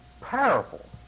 powerful